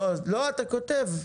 לא אז אתה כותב.